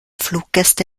fluggäste